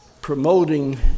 promoting